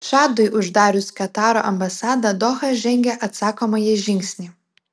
čadui uždarius kataro ambasadą doha žengė atsakomąjį žingsnį